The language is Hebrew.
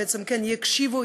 יקשיבו,